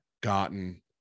gotten